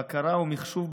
בקרה ומחשוב,